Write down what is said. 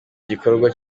gikorwa